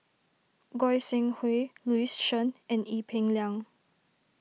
Goi Seng Hui Louis Chen and Ee Peng Liang